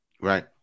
right